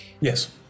Yes